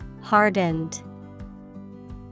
Hardened